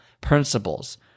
principles